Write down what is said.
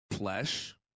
flesh